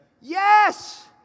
yes